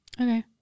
Okay